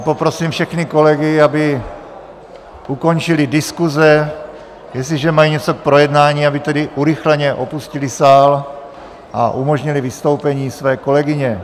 Poprosím všechny kolegy, aby ukončili diskuse, jestliže mají něco k projednání, aby tedy urychleně opustili sál a umožnili vystoupení své kolegyně.